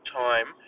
time